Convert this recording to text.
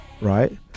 right